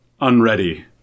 unready